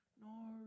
No